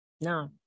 No